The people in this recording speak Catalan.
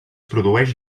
produeix